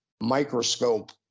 microscope